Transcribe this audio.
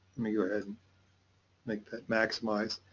me go ahead make that maximized,